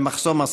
למחסום השפה.